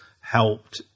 helped